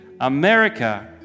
America